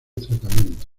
tratamiento